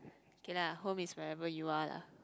okay lah home is wherever you are lah